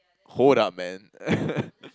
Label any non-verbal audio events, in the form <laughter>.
hold up man <laughs>